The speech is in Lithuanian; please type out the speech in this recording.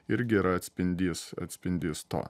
irgi yra atspindys atspindys to